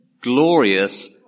glorious